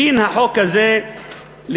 דין החוק הזה להיקרע.